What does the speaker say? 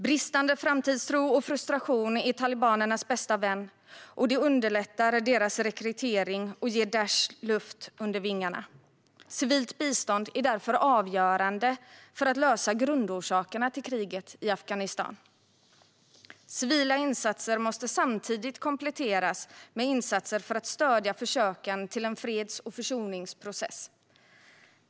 Bristande framtidstro och frustration är talibanernas bästa vän; det både underlättar deras rekrytering och ger Daish luft under vingarna. Civilt bistånd är därför avgörande för att lösa grundorsakerna till kriget i Afghanistan. Civila insatser måste samtidigt kompletteras med insatser för att stödja försöken till en freds och försoningsprocess.